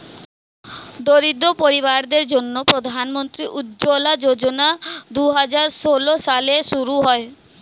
দরিদ্র পরিবারদের জন্যে প্রধান মন্ত্রী উজ্জলা যোজনা দুহাজার ষোল সালে শুরু হয়